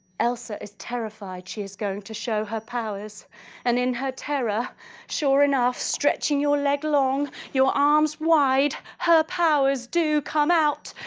elsa is terrified she is going to show her powers and in her terror sure enough stretching your leg long your arms wide her powers do come out